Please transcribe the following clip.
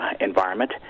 environment